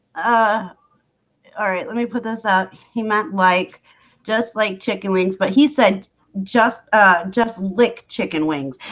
ah all right, let me put this out he meant like just like chicken wings, but he said just ah just lick chicken wings.